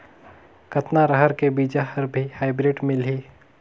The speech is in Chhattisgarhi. कतना रहर के बीजा हर भी हाईब्रिड मिलही?